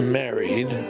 married